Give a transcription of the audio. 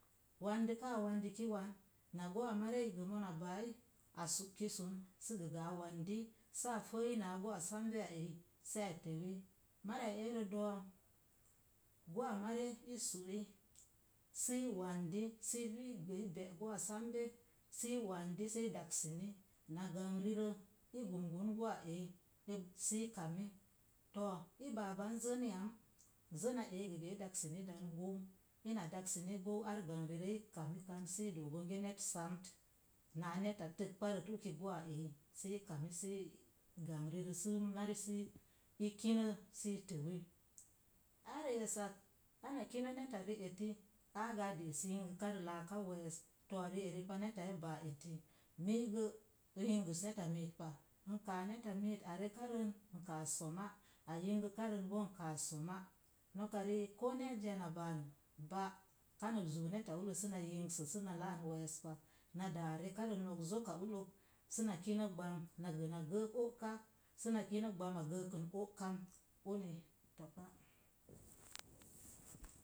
Wandəka, a wandəki wan, na gouwa mare gə mona baai, a su'ki sun sə gəgə a wandi saa fəəi na gouwa sambe ya eyi sa təwi. Mariya eerə do̱o̱, gowa mare i su'i si wandi, sə gə i be’ gowa sambe, sə i wanchi sə yaksine na gangrirə, i gangan gowa eyi. Sə i kani, to̱o̱ i baaban zen yam ze̱nna eyi gəgə i daksini dan go̱u, ina daksini gou ai gangrirə i kamikan si i doo bonge net samt. náá neta tek barət wuti gowa eyi, sə i kani gangrirə sə mari sə i kin sə i te̱wi. har esak ana kue neta rieti. áágə á de'es yingəkarə laaka we̱e̱sə, to̱o̱ rieri pa, miigə n yingəs neta mit pa n kam kan net a a rekarən n kaas soma a yingə karən n kaas soma no̱ka rilk koo neyiya na baa bai kana zuu neta allot sə kana yingəs səna laan we̱e̱s pa na daa rekare no̱k zoka ullok səna kine gbam na gəə na gə́ə́ o'ká səpa kine gbama gəəkən o'kan oni to